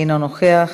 אינו נוכח.